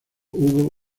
hubo